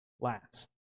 last